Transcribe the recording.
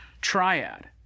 triad